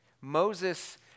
Moses